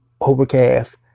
Overcast